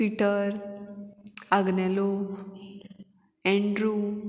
Peter Agnelo Andrew